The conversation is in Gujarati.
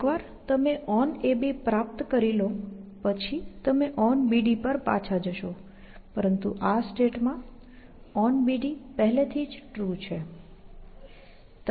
એકવાર તમે onAB પ્રાપ્ત કરી લો પછી તમે onBD પર પાછા જશો પરંતુ આ સ્ટેટમાં onBD પહેલેથી જ ટ્રુ છે